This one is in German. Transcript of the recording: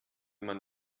man